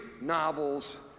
novels